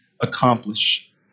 accomplish